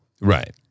Right